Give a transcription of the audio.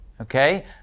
Okay